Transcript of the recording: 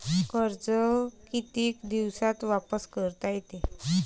कर्ज कितीक दिवसात वापस करता येते?